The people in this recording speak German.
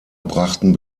brachten